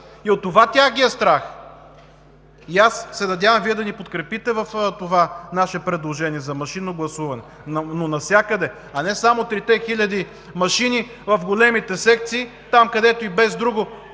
– от това тях ги е страх! Аз се надявах Вие да ни подкрепите в това наше предложение за машинно гласуване, но навсякъде, а не само трите хиляди машини в големите секции – там, където и без друго